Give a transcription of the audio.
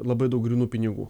labai daug grynų pinigų